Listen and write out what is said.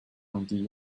降低